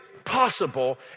Possible